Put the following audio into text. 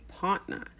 partner